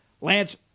Lance